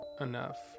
enough